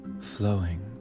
flowing